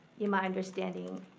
in my understanding,